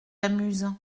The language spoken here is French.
amuse